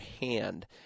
hand